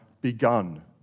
begun